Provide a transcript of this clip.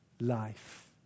life